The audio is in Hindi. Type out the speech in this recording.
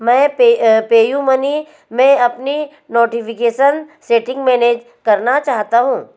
मैं पे पेयूमनी में अपनी नोटिफ़िकेसन सेटिंग मैनेज करना चाहता हूँ